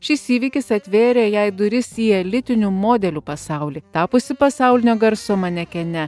šis įvykis atvėrė jai duris į elitinių modelių pasaulį tapusi pasaulinio garso manekene